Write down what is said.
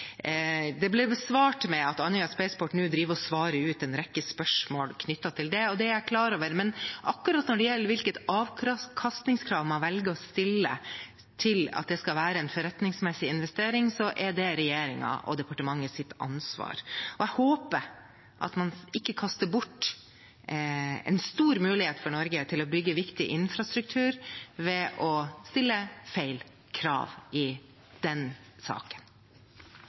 Spaceport nå driver og svarer ut en rekke spørsmål knyttet til det. Det er jeg klar over, men akkurat når det gjelder hvilket avkastningskrav man velger å stille for at det skal være en forretningsmessig investering, er regjeringen og departementets ansvar. Jeg håper at man ikke kaster bort en stor mulighet for Norge til å bygge viktig infrastruktur ved å stille feil krav i den saken.